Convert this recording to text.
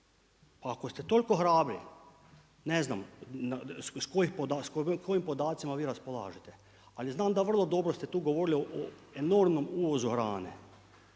Ako ste toliko hrabri, ne znam, s kojim podacima vi raspolažete, ali znam da vrlo dobro ste tu govorili o enormnom uvozu hrane.